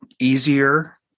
easier